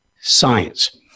science